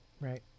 Right